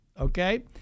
Okay